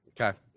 Okay